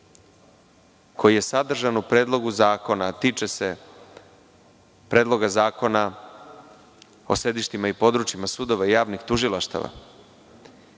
koji je sadržan u Predlogu zakona, a tiče se Predloga zakona o sedištima i područjima sudova i javnih tužilaštava,